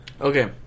Okay